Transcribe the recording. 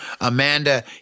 Amanda